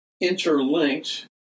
interlinked